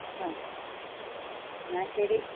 ആ എന്നാല് ശരി